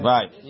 Right